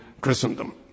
Christendom